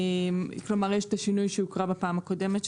יש את השינוי שהוקרא בפעם הקודמת,